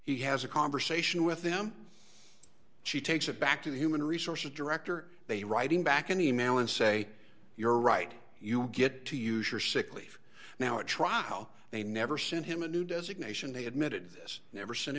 he has a conversation with them she takes it back to the human resources director they writing back an e mail and say you're right you get to use your sick leave now a try how they never sent him a new designation they admitted this never sen